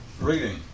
Reading